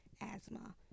asthma